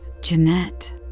Jeanette